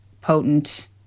potent